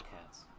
cats